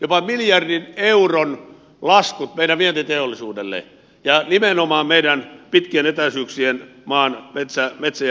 jopa miljardin euron laskut tulivat meidän vientiteollisuudellemme ja nimenomaan meidän pitkien etäisyyksien maamme metsä ja muulle teollisuudelle